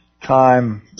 time